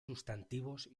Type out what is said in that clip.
sustantivos